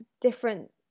different